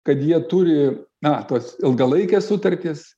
kad jie turi na tuos ilgalaikes sutartis